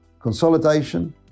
Consolidation